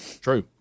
true